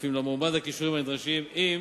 אם למועמד הכישורים הנדרשים, אם